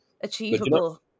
achievable